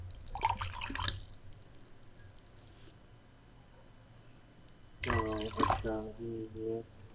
ᱚᱻ ᱟᱪᱪᱷᱟ